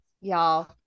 y'all